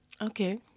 Okay